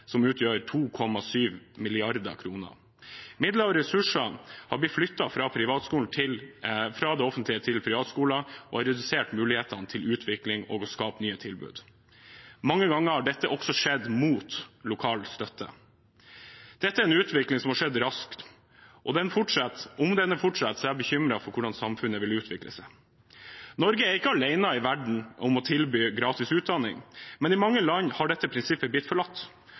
som utgjør 2,7 mrd. kr. Midler og ressurser har blitt flyttet fra det offentlige til det private og redusert mulighetene til utvikling og til å skape nye tilbud. Mange ganger har dette også skjedd mot lokal støtte. Dette er en utvikling som har skjedd raskt, og om den fortsetter, er jeg bekymret for hvordan samfunnet vil utvikle seg. Norge er ikke alene i verden om å tilby gratis utdanning, men i mange land har dette prinsippet blitt forlatt.